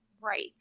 Right